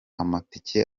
amatike